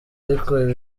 ariko